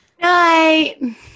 night